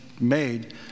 made